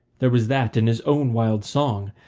there was that in his own wild song,